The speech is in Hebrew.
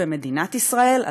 במדינת ישראל,